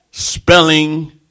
spelling